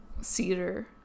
cedar